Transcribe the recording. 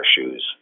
shoes –